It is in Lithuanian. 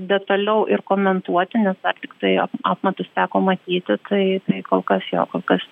detaliau ir komentuoti nes dar tiktai apmatus teko matyti tai kol kas jo kol kas